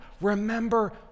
remember